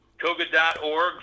Koga.org